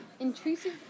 Intrusive